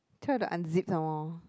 try to unzip some more